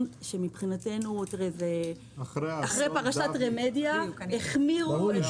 אחרי פרשת רמדיה החמירו.